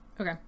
Okay